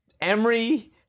Emery